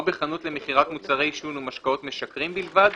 או בחנות למכירת מוצרי עישון ומשקאות משכרים בלבד,